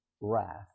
wrath